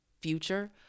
future